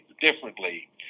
differently